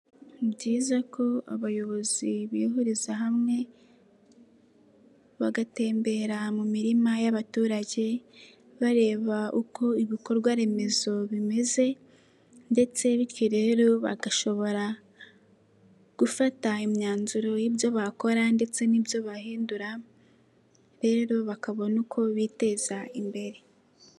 Ni byiza ko abayobozi bihuriza hamwe, bagatembera mu mirima y'abaturage, bareba uko ibikorwaremezo bimeze ndetse bityo rero bagashobora gufata imyanzuro y'ibyo bakora ndetse n'ibyo bahindura, rero bakabona uko biteza imbere.